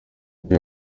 undi